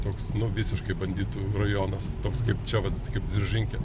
toks nu visiškai banditų rajonas toks kaip čia vat kaip dziržinkė